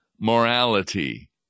morality